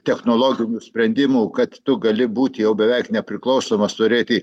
technologinių sprendimų kad tu gali būt jau beveik nepriklausomas turėti